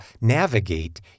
navigate